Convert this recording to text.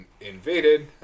invaded